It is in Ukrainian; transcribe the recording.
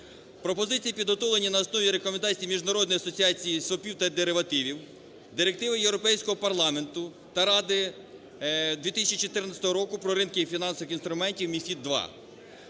Пропозиції підготовлені на основі рекомендацій Міжнародної асоціації свопів та деривативів, Директиви Європейського парламенту та Ради 2014 року "Про ринки фінансових інструментів"